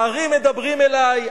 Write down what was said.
ההרים מדברים אלי,